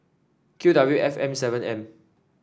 Q W F M seven M